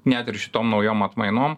net ir šitom naujom atmainom